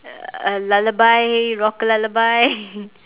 uh lullaby rock a lullaby